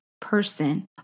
person